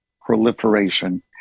proliferation